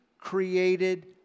Created